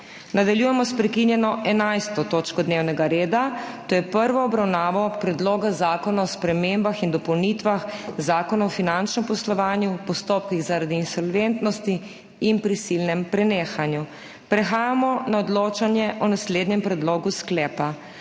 **Nadaljujemo s prekinjeno 11. točko dnevnega reda, to je s prvo obravnavo Predloga zakona o spremembah in dopolnitvah Zakona o finančnem poslovanju, postopkih zaradi insolventnosti in prisilnem prenehanju.** Prehajamo na odločanje o naslednjem predlogu sklepa: